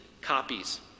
copies